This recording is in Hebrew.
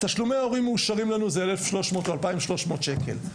תשלומי הורים מאושרים לנו זה 1,300 או 2,300 שקלים.